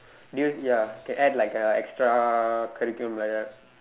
do you ya can add like a extra curriculum like that